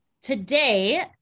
today